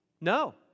No